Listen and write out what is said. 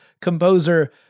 composer